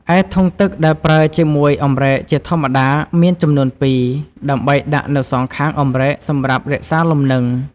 ឯធុងទឹកដែលប្រើជាមួយអម្រែកជាធម្មតាមានចំនួនពីរ ដើម្បីដាក់នៅសងខាងអម្រែកសម្រាប់រក្សាលំនឹង។